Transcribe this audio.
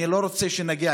אני לא רוצה שנגיע,